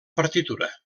partitura